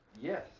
Yes